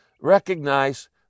Recognize